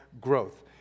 growth